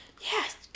Yes